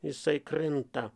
jisai krinta